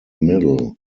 middle